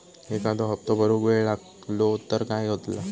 एखादो हप्तो भरुक वेळ लागलो तर काय होतला?